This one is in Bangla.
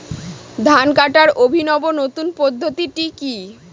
ধান কাটার অভিনব নতুন পদ্ধতিটি কি?